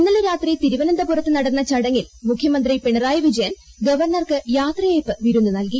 ഇന്നലെ രാത്രി തിരുവനന്തപുരത്ത് നടന്ന ചടങ്ങിൽ മുഖ്യമന്ത്രി പിണറായി വിജയൻ ഗവർണ്ണർക്ക് യാത്രയയപ്പ് വിരുന്ന് നൽകി